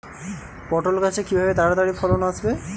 পটল গাছে কিভাবে তাড়াতাড়ি ফলন আসবে?